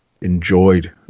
enjoyed